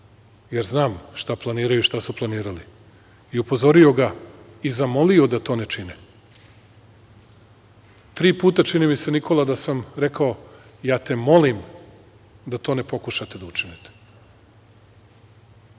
jer znam šta planiraju i šta su planirali i upozorio ga i zamolio da to ne čine. Tri puta, čini mi se, Nikola, sam rekao – ja te molim da to ne pokušate da učinite.